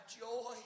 joy